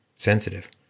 sensitive